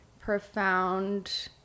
profound